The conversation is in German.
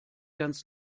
ganz